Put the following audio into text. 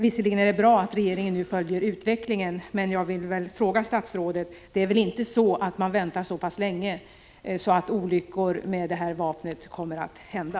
Visserligen är det bra att regeringen nu följer utvecklingen, men jag vill fråga statsrådet: Det är väl inte så att man väntar så länge att olyckor med det här vapnet hinner hända?